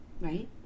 Right